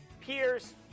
peers